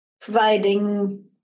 providing